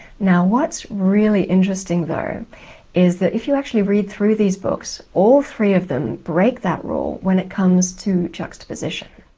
now what's really interesting though is that if you actually read through these books, all three of them break that rule when it comes to juxtaposition.